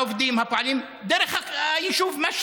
העובדים, הפועלים, דרך היישוב משהד,